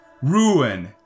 ruin